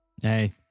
hey